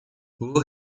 who